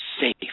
safe